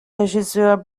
regisseur